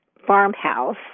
farmhouse